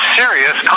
serious